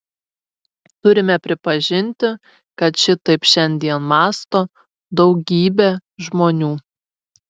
turime pripažinti kad šitaip šiandien mąsto daugybė žmonių